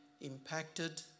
impacted